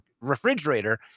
refrigerator